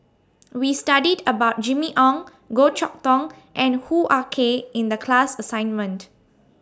We studied about Jimmy Ong Goh Chok Tong and Hoo Ah Kay in The class assignment